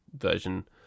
version